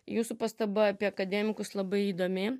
jūsų pastaba apie akademikus labai įdomi